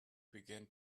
began